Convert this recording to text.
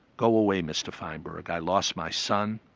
go away, mr feinberg, i lost my son,